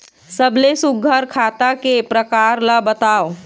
सबले सुघ्घर खाता के प्रकार ला बताव?